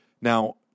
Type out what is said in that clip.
Now